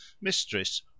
mistress